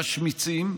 משמיצים,